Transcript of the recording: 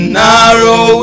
narrow